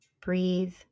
breathe